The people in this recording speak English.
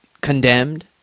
condemned